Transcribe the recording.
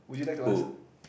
would you like to answer